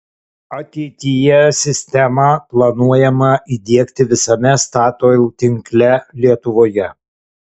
ateityje sistemą planuojama įdiegti visame statoil tinkle lietuvoje